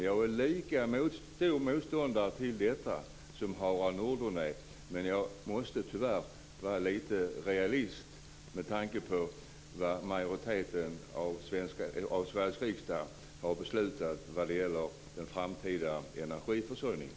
Jag är lika stor motståndare till detta som Harald Nordlund men jag måste, tyvärr, vara lite realist med tanke på vad en majoritet i Sveriges riksdag har beslutat vad gäller den framtida energiförsörjningen.